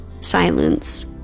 silence